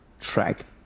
track